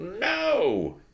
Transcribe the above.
no